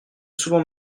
souvent